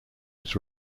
was